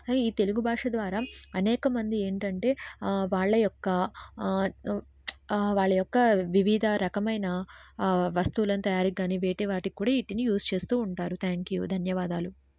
ఈ తెలుగు భాష ద్వారా అనేకమంది ఏంటంటే వాళ్ళ యొక్క వాళ్ళ యొక్క వివిధ రకమైన వస్తువులను తయారీ కానీ వేరీ వాటికి కూడా వీటిని యూజ్ చేస్తూ ఉంటారు థ్యాంక్ యూ ధన్యవాదాలు